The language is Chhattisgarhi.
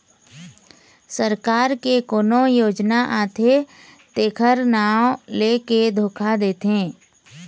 सरकार के कोनो योजना आथे तेखर नांव लेके धोखा देथे